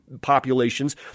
populations